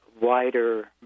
wider